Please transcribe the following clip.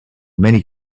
many